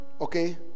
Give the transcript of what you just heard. Okay